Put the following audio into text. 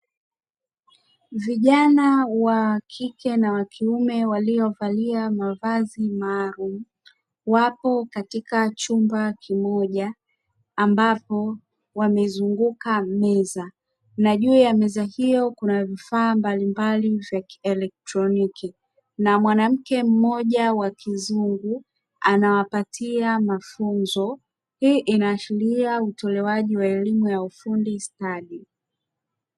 Vijana wa kike na wa kiume walio valia mavazi maalumu, wapo katika chumba kimoja ambapo wamezunguka meza na juu ya meza hiyo kuna vifaa mbalimbali vya kielektroniki, na mwanamke mmoja wa kizungu anawapatia mafunzo; hii inaashiria utolewaji wa elimu ya ufundi stadi.